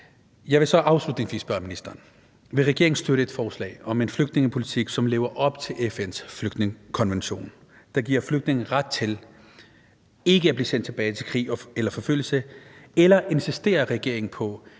Jeg vil så afslutningsvis spørge ministeren: Vil regeringen støtte et forslag om en flygtningepolitik, som lever op til FN's flygtningekonvention, der giver flygtninge ret til ikke at blive sendt tilbage til krig eller forfølgelse, eller insisterer regeringen på,